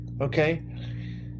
Okay